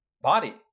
body